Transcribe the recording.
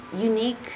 unique